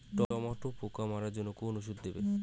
টমেটোর পোকা মারার জন্য কোন ওষুধ দেব?